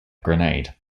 grenade